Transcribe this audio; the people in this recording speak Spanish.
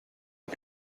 una